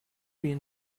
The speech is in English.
been